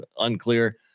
unclear